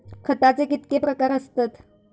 खताचे कितके प्रकार असतत?